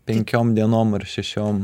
penkiom dienom ar šešiom